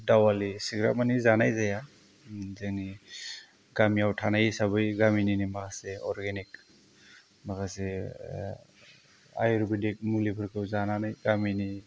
दावालि एसेग्राब माने जानाय जाया जोंनि गामियाव थानाय हिसाबै गामिनिनो माखासे अर्गेनिक माखासे आयुर्बेदिक मुलिफोरखौ जानानै गामनि